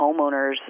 homeowners